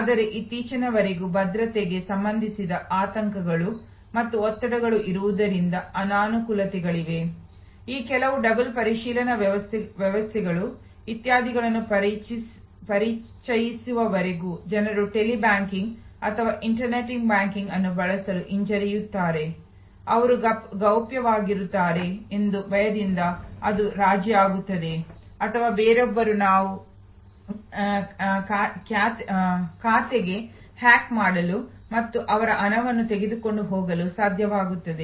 ಆದರೆ ಇತ್ತೀಚಿನವರೆಗೂ ಭದ್ರತೆಗೆ ಸಂಬಂಧಿಸಿದ ಆತಂಕಗಳು ಮತ್ತು ಒತ್ತಡಗಳು ಇರುವುದರಿಂದ ಅನಾನುಕೂಲತೆಗಳಿವೆ ಈ ಕೆಲವು ಡಬಲ್ ಪರಿಶೀಲನಾ ವ್ಯವಸ್ಥೆಗಳು ಇತ್ಯಾದಿಗಳನ್ನು ಪರಿಚಯಿಸುವವರೆಗೂ ಜನರು ಟೆಲಿ ಬ್ಯಾಂಕಿಂಗ್ ಅಥವಾ ಇಂಟರ್ನೆಟ್ ಬ್ಯಾಂಕಿಂಗ್ ಅನ್ನು ಬಳಸಲು ಹಿಂಜರಿಯುತ್ತಾರೆ ಅವರು ಗೌಪ್ಯವಾಗಿರುತ್ತಾರೆ ಎಂಬ ಭಯದಿಂದ ಅದು ರಾಜಿ ಆಗುತ್ತದೆ ಅಥವಾ ಬೇರೊಬ್ಬರು ನಾವು ಖಾತೆಗೆ ಹ್ಯಾಕ್ ಮಾಡಲು ಮತ್ತು ಅವರ ಹಣವನ್ನು ತೆಗೆದುಕೊಂಡು ಹೋಗಲು ಸಾಧ್ಯವಾಗುತ್ತದೆ